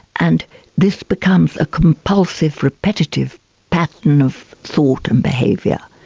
and this becomes a compulsive repetitive pattern of thought and behaviour.